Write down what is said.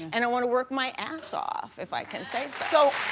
and i want to work my ass off, if i can say so.